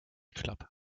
club